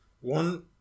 One